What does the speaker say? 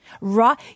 Right